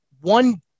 One